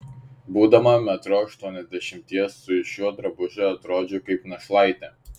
būdama metro aštuoniasdešimties su šiuo drabužiu atrodžiau kaip našlaitė